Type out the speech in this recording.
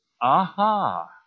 aha